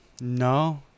no